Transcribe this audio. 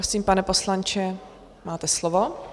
Prosím, pane poslanče, máte slovo.